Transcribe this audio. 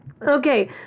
Okay